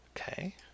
Okay